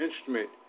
instrument